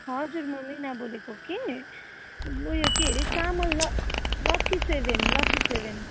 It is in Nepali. हजुर म मिना बोलेको कि उयो के अरे चामल ल लक्की सेभेन लक्की सेभेन